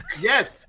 Yes